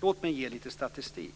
Låt mig ge lite statistik.